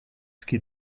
ski